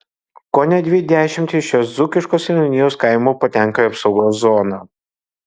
kone dvi dešimtys šios dzūkiškos seniūnijos kaimų patenka į apsaugos zoną